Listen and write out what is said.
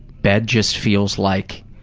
bed just feels like